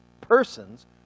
persons